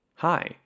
Hi